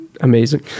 amazing